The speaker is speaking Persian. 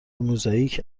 موزاییک